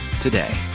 today